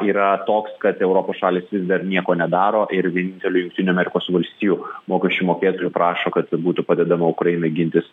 yra toks kad europos šalys dar nieko nedaro ir vienintelių jungtinių amerikos valstijų mokesčių mokėtojų prašo kad būtų padedama ukrainai gintis